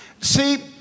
See